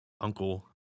uncle